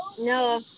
No